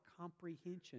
comprehension